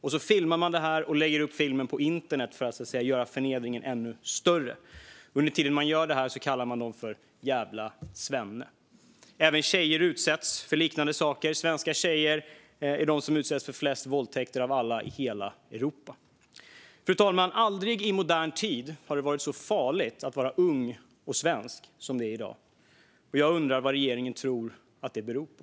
Man filmar det och lägger upp filmen på internet för att göra förnedringen ännu större. Under tiden man gör detta kallar man dem för jävla svenne. Även tjejer utsätts för liknande saker. Svenska tjejer utsätts för flest våldtäkter i hela Europa. Fru talman! Aldrig i modern tid har det varit så farligt att vara ung och svensk som i dag. Jag undrar: Vad tror regeringen att detta beror på?